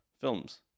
films